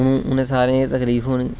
उनें सारें गी तकलीफ होनी